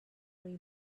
way